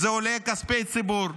זה עולה כספי ציבור,